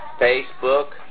Facebook